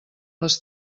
les